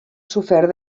sofert